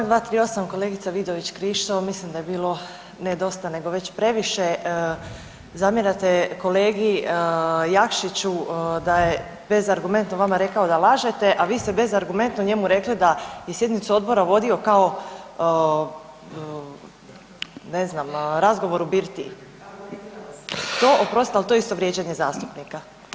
Čl. 238 kolegica Vidović Krišto, mislim da je bilo ne dosta, nego već previše, zamjerate kolegi Jakšiću da je bezargumentno rekao da lažete, a vi ste bezargumentno njemu rekli da je sjednicu Odbora vodio kao, ne znam, razgovor u birtiji. ... [[Upadica se ne čuje.]] To, oprostite, ali to je isto vrijeđanje zastupnika.